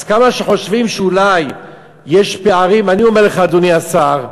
אז אם חושבים שיש פערים, אני אומר לך, אדוני השר: